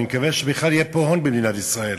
אני מקווה שבכלל יהיה פה הון במדינת ישראל.